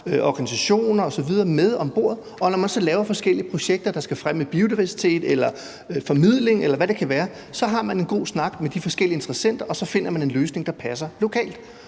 organisationer osv. med om bordet, og når man så laver forskellige projekter, der skal fremme biodiversitet eller formidling, eller hvad det nu kan være, tager man en god snak med de forskellige interessenter, og så finder man en løsning, der passer lokalt.